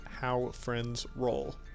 HowFriendsRoll